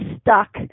stuck